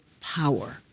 power